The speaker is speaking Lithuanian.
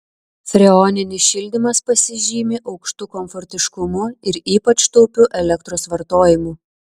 freoninis šildymas pasižymi aukštu komfortiškumu ir ypač taupiu elektros vartojimu